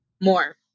more